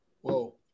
Whoa